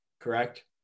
correct